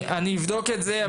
אני אבדוק את זה,